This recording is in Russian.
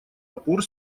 опор